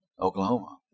Oklahoma